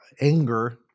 anger